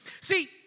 See